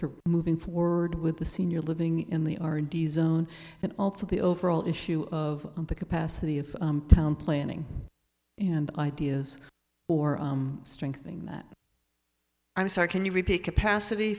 for moving forward with the senior living in the r and d zone and also the overall issue of the capacity of town planning and ideas or strengthening that i'm sorry can you repeat capacity